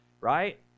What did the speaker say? right